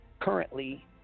currently